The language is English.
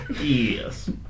yes